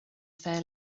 fair